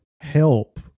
help